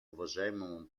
уважаемому